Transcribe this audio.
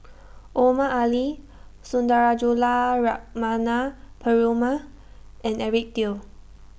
Omar Ali Sundarajulu Lakshmana Perumal and Eric Teo